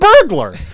burglar